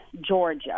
Georgia